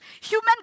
Human